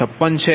56 છે